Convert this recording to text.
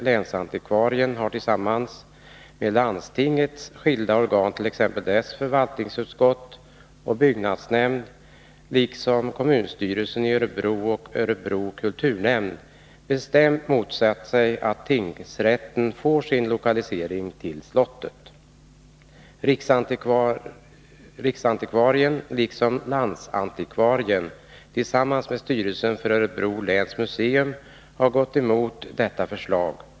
länsantikvarien, har tillsammans med landstingets skilda organ, t.ex. dess förvaltningsutskott och byggnadsnämnd, liksom kommunstyrelsen i Örebro och Örebro kulturnämnd bestämt motsatt sig att tingsrätten får sin lokalisering till slottet. Riksantikvarien liksom landsantikvarien tillsammans med styrelsen för Örebro läns museum har också gått emot detta förslag.